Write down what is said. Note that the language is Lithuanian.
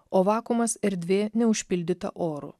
o vakuumas erdvė neužpildyta oru